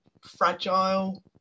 fragile